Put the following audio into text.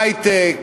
היי-טק